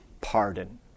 pardon